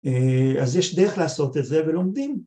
‫אז יש דרך לעשות את זה ולומדים.